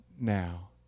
now